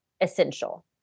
essential